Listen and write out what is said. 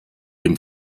dem